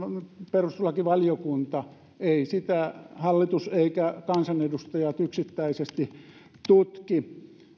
perustuslakivaliokunta ei sitä hallitus eivätkä kansanedustajat yksittäisesti tutki